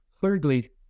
Thirdly